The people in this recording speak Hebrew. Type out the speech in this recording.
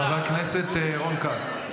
חבר הכנסת רון כץ.